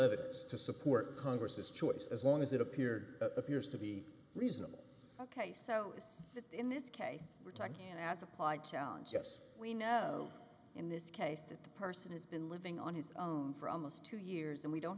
evidence to support congress's choice as long as it appeared appears to be reasonable ok so in this case we're talking and as applied challenge yes we know in this case that the person has been living on his own for almost two years and we don't